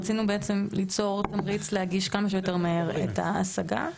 רצינו בעצם ליצור תמריץ להגיש כמה שיותר מהר את ההשגה.